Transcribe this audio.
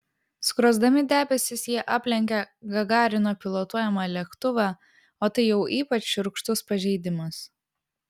skrosdami debesis jie aplenkė gagarino pilotuojamą lėktuvą o tai jau ypač šiurkštus pažeidimas